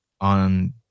on